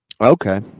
Okay